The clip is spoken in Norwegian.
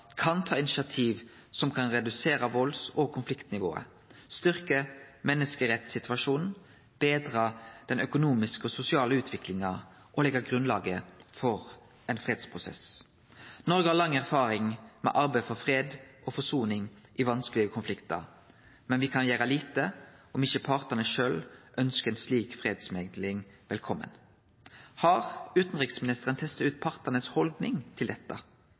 kan ta initiativ som kan redusere valds- og konfliktnivået, styrkje menneskerettssituasjonen, betre den økonomiske og sosiale utviklinga og leggje grunnlaget for ein fredsprosess. Noreg har lang erfaring med arbeid for fred og forsoning i vanskelege konfliktar, men me kan gjere lite om ikkje partane sjølve ønskjer ei slik fredsmekling velkomen. Har utanriksministeren testa ut haldninga til dette